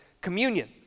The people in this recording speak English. communion